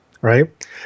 right